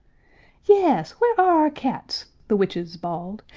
yes, where are our cats? the witches bawled,